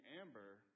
Amber